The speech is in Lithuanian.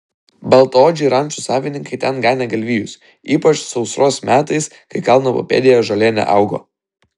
baltaodžiai rančų savininkai ten ganė galvijus ypač sausros metais kai kalno papėdėje žolė neaugo